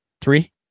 three